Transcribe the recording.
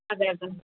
അതെയതെ